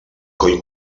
coll